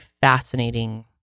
fascinating